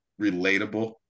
relatable